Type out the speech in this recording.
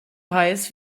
heiß